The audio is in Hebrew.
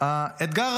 המלחמה